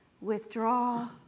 withdraw